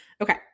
Okay